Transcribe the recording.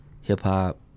hip-hop